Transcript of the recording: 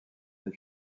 des